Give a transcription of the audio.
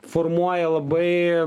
formuoja labai